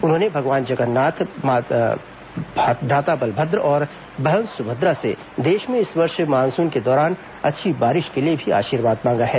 उन्होंने भगवान जगन्नाथ भ्राता बलभद्र और बहन सुभद्रा से देश में इस वर्ष मानसून के दौरान अच्छी बारिश के लिए भी आशीर्वाद मांगा है